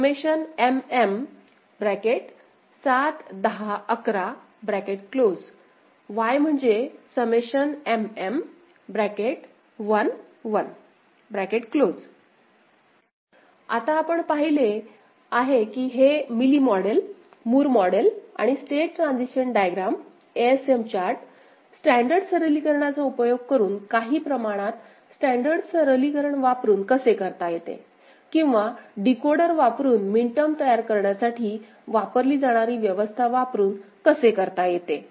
𝑋𝑋 Σ𝑚𝑚71011 Y Σ𝑚𝑚 आता आपण पाहिले आहे कि हे मिली मॉडेल मूर मॉडेल आणि state transition diagram ASM chart standard सरलीकरणाचा उपयोग करून काही प्रमाणात स्टॅंडर्ड सरलीकरण वापरुन कसे करता येते किंवा डिकोडर वापरुन मिनटर्म तयार करण्यासाठी वापरली जाणारी व्यवस्था वापरुन कसे करता येते